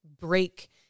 break